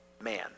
man